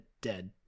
dead